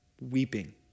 Weeping